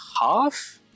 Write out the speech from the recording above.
half